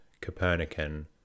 Copernican